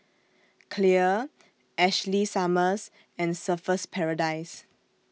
Clear Ashley Summers and Surfer's Paradise